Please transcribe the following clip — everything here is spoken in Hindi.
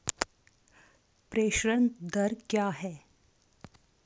प्रेषण दर क्या है?